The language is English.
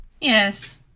Yes